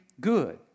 good